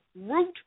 root